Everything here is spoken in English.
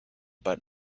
but